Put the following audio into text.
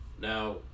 Now